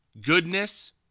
goodness